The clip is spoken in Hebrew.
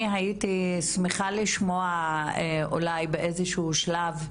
אני הייתי שמחה לשמוע אולי באיזשהו שלב,